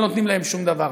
לא נותנים שום דבר.